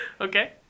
Okay